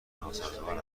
ناسازگار